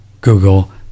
Google